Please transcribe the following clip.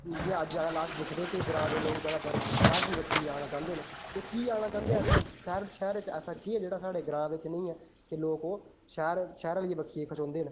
जि'यां अज्ज कल अस दिक्खने आ की ग्रांऽ दे लोक जादातर शैह्र दी बक्खी आना चाहंदे न ते ओह् कीऽ आना चाहंदे ऐसा शैह्र च शैह्र च ऐसा केह् ऐ कि जेह्ड़ा साढ़े ग्रांऽ बिच निं ऐ की लोक ओह् शैह्र शैह्र आह्ली बक्खी खचोनदे न